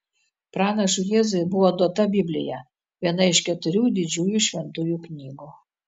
pranašui jėzui buvo duota biblija viena iš keturių didžiųjų šventųjų knygų